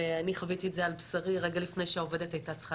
ואני חוויתי את זה על בשרי רגע לפני שהעובדת הייתה צריכה